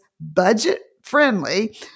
budget-friendly